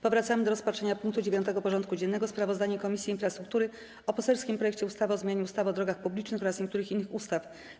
Powracamy do rozpatrzenia punktu 9. porządku dziennego: Sprawozdanie Komisji Infrastruktury o poselskim projekcie ustawy o zmianie ustawy o drogach publicznych oraz niektórych innych ustaw.